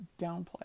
downplay